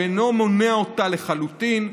הוא אינו מונע אותה לחלוטין,